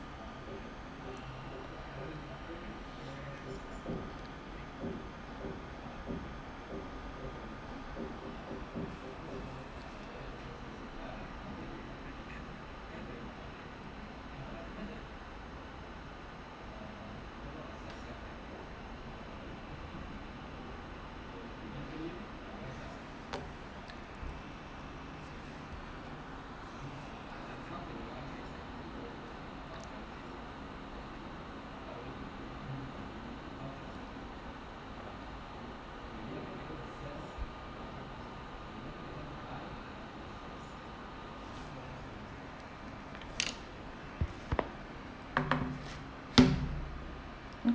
mm